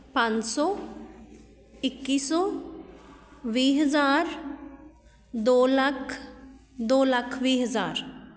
ਪੰਜ ਸੌ ਇੱਕੀ ਸੌ ਵੀਹ ਹਜ਼ਾਰ ਦੋ ਲੱਖ ਦੋ ਲੱਖ ਵੀਹ ਹਜ਼ਾਰ